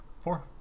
Four